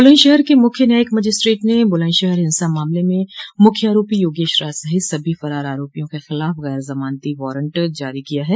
बुलंदशहर के मुख्य न्यायिक मजिस्ट्रेट ने बुलंदशहर हिंसा मामले में मुख्य आरोपी योगेश राज सहित सभी फरार आरोपियों के खिलाफ गर जमानती वारंट जारी किया है